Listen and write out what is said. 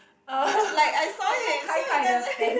but like I saw it so it doesn't